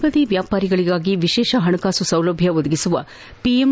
ಬೀದಿ ಬದಿ ವ್ಯಾಪಾರಿಗಳಿಗಾಗಿ ವಿಶೇಷ ಪಣಕಾಸು ಸೌಲಭ್ಯ ಒದಗಿಸುವ ಪಿಎಂ